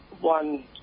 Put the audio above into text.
one